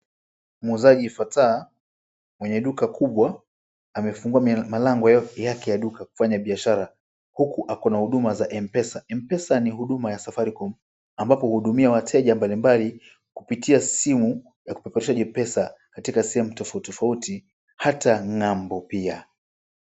Muuzaji Fatah mwenye duka kubwa, amefungua milango yake ya duka kufanya biashara, huku akona huduma za M-Pesa. M-Pesa ni huduma ya Safaricom, ambapo huhudumia wateja mbalimbali kupitia simu ya kupeperusha pesa katika sehemu tofauti tofauti, hata ng'ambo pia.